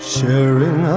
Sharing